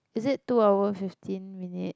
is it two hour fifteen minute